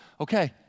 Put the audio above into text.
Okay